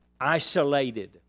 isolated